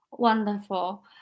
Wonderful